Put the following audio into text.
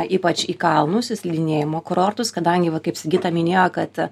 ypač į kalnus į slidinėjimo kurortus kadangi va kaip sigita minėjo kad